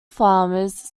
farmers